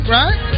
right